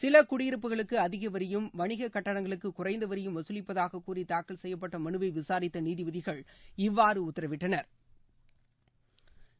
சில குடியிருப்புகளுக்கு அதிக வரியும் வணிக கட்டடங்களுக்கு குறைந்த வரியும் வசூலிப்பதாக கூறி தாக்கல் செய்யப்பட்ட மனுவை விசாரித்த நீதிபதிகள் இவ்வாறு உத்தரவிட்டனா்